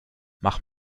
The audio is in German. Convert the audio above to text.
mach